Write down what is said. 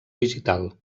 digital